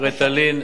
"ריטלין".